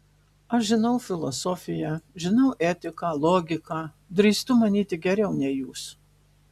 aš žinau filosofiją žinau etiką logiką drįstu manyti geriau nei jūs